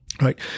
right